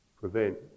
prevent